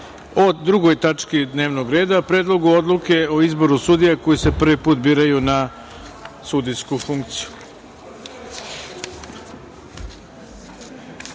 da je na dnevnom redu Predlog odluke o izboru sudija koji se prvi put biraju na sudijsku funkciju,